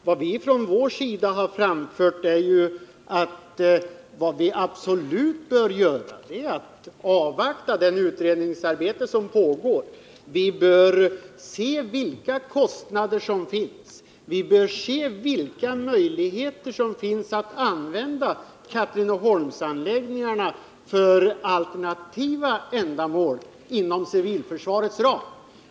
Vi har från vår sida anfört att vad vi absolut bör göra är att avvakta det utredningsarbete som pågår. Vi bör se vilka kostnader det är fråga om och vilka möjligheter som finns att använda Katrineholmsanläggningarna för alternativa ändamål inom civilförsvarets ram.